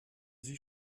sie